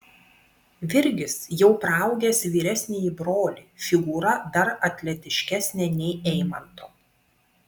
virgis jau praaugęs vyresnįjį brolį figūra dar atletiškesnė nei eimanto